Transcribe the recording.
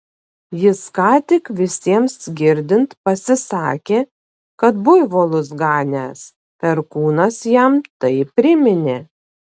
jis ką tik visiems girdint pasisakė kad buivolus ganęs perkūnas jam tai priminė